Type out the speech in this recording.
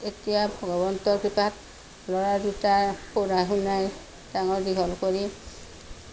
এতিয়া ভগৱন্তৰ কৃপাত ল'ৰা দুটাক পঢ়াই শুনাই ডাঙৰ দীঘল কৰি